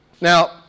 Now